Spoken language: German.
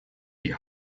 die